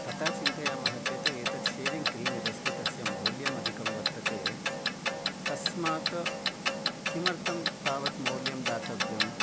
तथा चिन्तयामः चेत् एतत् षेविङ्ग् क्रीम् यद् अस्ति तस्य मौल्यमधिकं वर्तते तस्मात् किमर्थं तावत् मूल्यं दातव्यम्